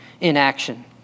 inaction